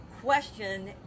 question